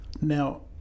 Now